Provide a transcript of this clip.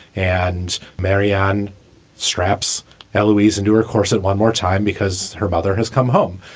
and marianne straps alawis into her corset one more time because her mother has come home.